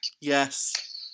yes